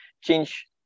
change